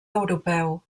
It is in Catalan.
europeu